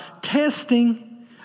testing